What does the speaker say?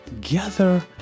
gather